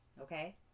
Okay